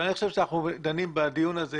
אבל הדיון הזה,